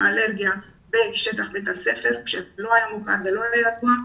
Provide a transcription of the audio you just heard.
אלרגיה בשטח בית הספר כשזה לא היה מוכר ולא יודע.